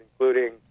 including